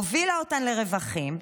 הובילה אותן לרווחים,